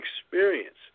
experience